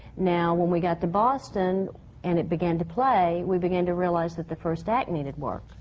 now, when we got to boston and it began to play, we began to realize that the first act needed work,